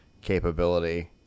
capability